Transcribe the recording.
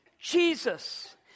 Jesus